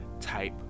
type